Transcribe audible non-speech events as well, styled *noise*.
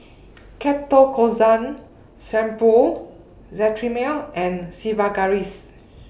*noise* Ketoconazole Shampoo Cetrimide and Sigvaris *noise*